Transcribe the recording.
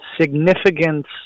significance